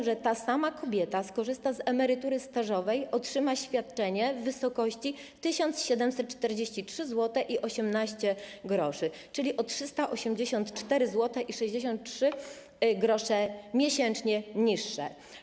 Jeżeli ta sama kobieta skorzysta z emerytury stażowej, otrzyma świadczenie w wysokości 1743,18 zł, czyli o 384,63 zł miesięcznie niższe.